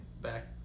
back